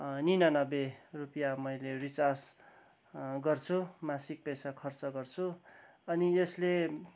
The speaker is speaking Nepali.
निनानब्बे रुपियाँ मैले रिचार्ज गर्छु मासिक पैसा खर्च गर्छु अनि यसले